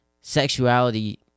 sexuality